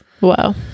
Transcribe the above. Wow